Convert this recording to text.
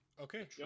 Okay